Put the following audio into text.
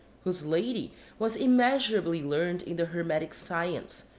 whose lady was immeasurably learned in the hermetic science,